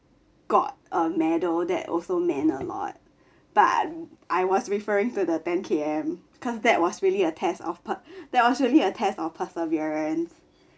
got a medal that also meant a lot but I was referring to the ten K_M because that was really a test of per~ that was really a test of perseverance